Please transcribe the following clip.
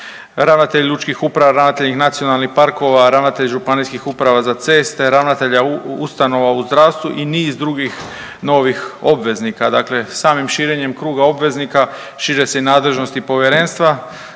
ravnatelji lučkih uprava, ravnatelji nacionalnih parkova, ravnatelji županijskih uprava za ceste, ravnatelja ustanova u zdravstvu i niz drugih novih obveznika. Dakle, samim širenjem kruga obveznika šire se nadležnosti povjerenstva